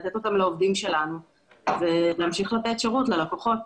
לתת אותם לעובדים שלנו ולהמשיך לתת שירות ללקוחות.